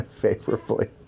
favorably